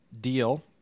deal